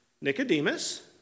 Nicodemus